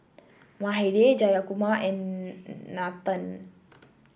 Mahade Jayakumar and Nathan